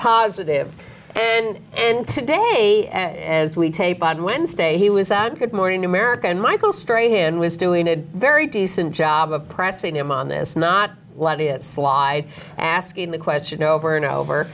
positive and and today as we tape on wednesday he was on good morning america and michael straight in was doing a very decent job of pressing him on this not let it slide asking the question over and over